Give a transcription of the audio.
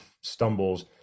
stumbles